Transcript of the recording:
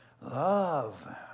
love